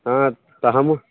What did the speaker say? हँ तऽ हमहुँ